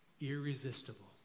irresistible